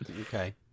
Okay